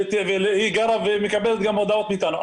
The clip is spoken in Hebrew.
היא מקבלת גם הודעות מאיתנו.